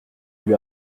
lui